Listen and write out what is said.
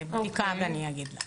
בדיקה ואני אגיד לך.